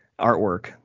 artwork